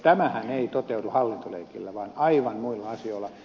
tämähän ei toteudu hallintoleikillä vaan aivan muilla asioilla